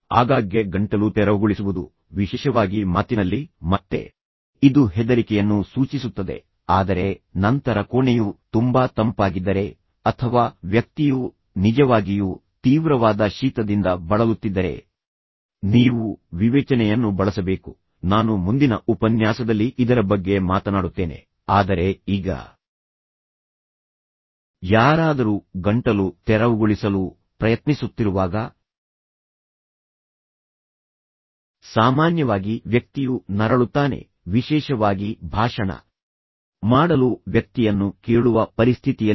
ಆಗಾಗ್ಗೆ ಗಂಟಲು ತೆರವುಗೊಳಿಸುವುದು ವಿಶೇಷವಾಗಿ ಮಾತಿನಲ್ಲಿ ಮತ್ತೆ ಇದು ಹೆದರಿಕೆಯನ್ನು ಸೂಚಿಸುತ್ತದೆ ಆದರೆ ನಂತರ ಕೋಣೆಯು ತುಂಬಾ ತಂಪಾಗಿದ್ದರೆ ಅಥವಾ ವ್ಯಕ್ತಿಯು ನಿಜವಾಗಿಯೂ ತೀವ್ರವಾದ ಶೀತದಿಂದ ಬಳಲುತ್ತಿದ್ದರೆ ನೀವು ವಿವೇಚನೆಯನ್ನು ಬಳಸಬೇಕು ನಾನು ಮುಂದಿನ ಉಪನ್ಯಾಸದಲ್ಲಿ ಇದರ ಬಗ್ಗೆ ಮಾತನಾಡುತ್ತೇನೆ ಆದರೆ ಈಗ ಯಾರಾದರೂ ಗಂಟಲು ತೆರವುಗೊಳಿಸಲು ಪ್ರಯತ್ನಿಸುತ್ತಿರುವಾಗ ಸಾಮಾನ್ಯವಾಗಿ ವ್ಯಕ್ತಿಯು ನರಳುತ್ತಾನೆ ವಿಶೇಷವಾಗಿ ಭಾಷಣ ಮಾಡಲು ವ್ಯಕ್ತಿಯನ್ನು ಕೇಳುವ ಪರಿಸ್ಥಿತಿಯಲ್ಲಿ